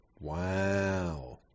Wow